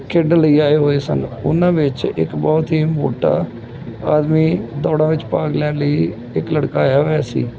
ਖੇਡਣ ਲਈ ਆਏ ਹੋਏ ਸਨ ਉਹਨਾਂ ਵਿੱਚ ਇੱਕ ਬਹੁਤ ਹੀ ਮੋਟਾ ਆਦਮੀ ਦੌੜਾਂ ਵਿੱਚ ਭਾਗ ਲੈਣ ਲਈ ਇੱਕ ਲੜਕਾ ਆਇਆ ਹੋਇਆ ਸੀ